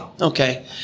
okay